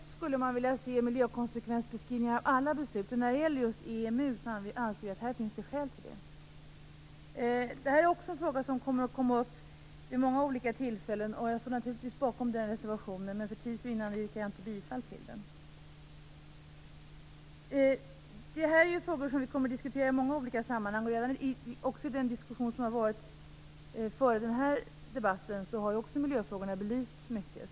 Vi skulle helst se att vi fick miljökonsekvensbeskrivningar av alla beslut. När det gäller just EMU anser vi att det finns skäl för det. Detta är också en fråga som kommer att tas upp vid många olika tillfällen. Jag står naturligtvis bakom den reservationen, men för tids vinnande yrkar jag inte bifall till den. Detta är frågor som vi kommer att diskutera i många olika sammanhang. Redan i diskussionen före denna debatt har miljöfrågorna belysts mycket.